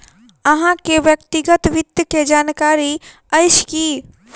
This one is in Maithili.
अहाँ के व्यक्तिगत वित्त के जानकारी अइछ की?